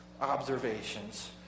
observations